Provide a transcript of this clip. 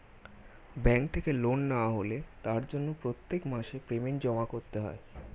bank থেকে loan নেওয়া হলে তার জন্য প্রত্যেক মাসে পেমেন্ট জমা করতে হয়